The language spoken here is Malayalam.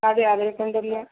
അതെ അതിൽ ഇപ്പം എന്തെന്ന്